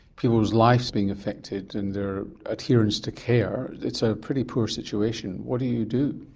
people's lives being affected and their adherence to care, it's a pretty poor situation. what do you do?